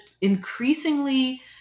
increasingly